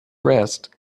rest